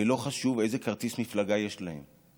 ולא חשוב איזה כרטיס מפלגה יש להם.